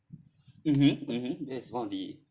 mmhmm mmhmm that is one of the